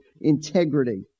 integrity